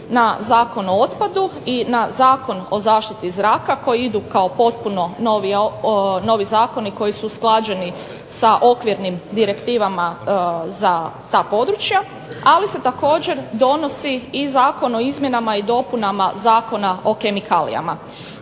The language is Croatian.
na Zakon o otpadu i na Zakon o zaštiti zraka koji idu kao potpuno novi zakoni koji su usklađeni sa okvirnim direktivama za ta područja, ali se također donosi i Zakon o izmjenama i dopunama Zakona o kemikalijama.